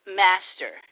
master